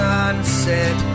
Sunset